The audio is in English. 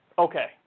Okay